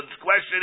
question